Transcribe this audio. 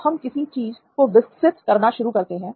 अब हम किसी चीज को विकसित करना शुरू करते हैं